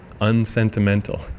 unsentimental